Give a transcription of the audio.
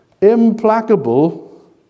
implacable